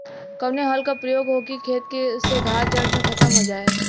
कवने हल क प्रयोग हो कि खेत से घास जड़ से खतम हो जाए?